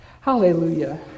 Hallelujah